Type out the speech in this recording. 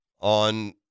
on